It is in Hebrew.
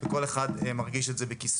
וכל אחד מרגיש את זה בכיסו.